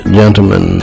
gentlemen